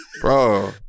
Bro